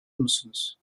musunuz